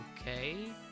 Okay